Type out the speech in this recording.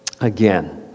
again